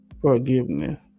forgiveness